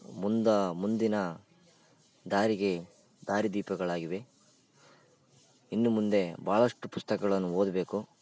ಮುಂದು ಮುಂದಿನ ದಾರಿಗೆ ದಾರಿ ದೀಪಗಳಾಗಿವೆ ಇನ್ನು ಮುಂದೆ ಭಾಳಷ್ಟು ಪುಸ್ತಕಗಳನ್ನ ಓದಬೇಕು